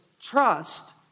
trust